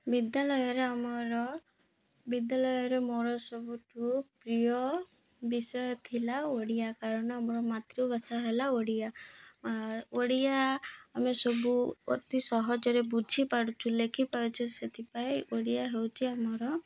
ବିଦ୍ୟାଳୟରେ ଆମର ବିଦ୍ୟାଳୟରେ ମୋର ସବୁଠୁ ପ୍ରିୟ ବିଷୟ ଥିଲା ଓଡ଼ିଆ କାରଣ ଆମର ମାତୃଭାଷା ହେଲା ଓଡ଼ିଆ ଓଡ଼ିଆ ଆମେ ସବୁ ଅତି ସହଜରେ ବୁଝିପାରୁଛୁ ଲେଖିପାରୁଛୁ ସେଥିପାଇଁ ଓଡ଼ିଆ ହେଉଛି ଆମର